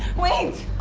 wait.